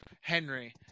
Henry